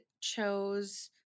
chose